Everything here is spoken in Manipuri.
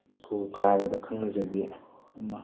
ꯁ꯭ꯀꯨꯜ ꯀꯥꯕꯗ ꯈꯪꯅꯖꯕꯤ ꯑꯃ